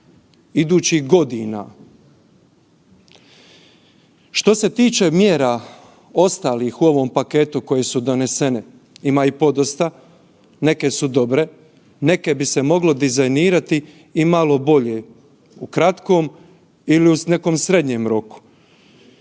idućih godina. Što se tiče mjera ostalih koje su donesene, ima ih podosta. Neke su dobre, neke bi se moglo dizajnirati i malo bolje u kratkom ili u nekom srednjem roku.